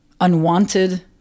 unwanted